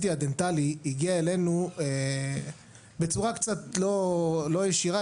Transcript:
הדנטלי הגיע אלינו בצורה קצת לא ישירה,